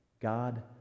God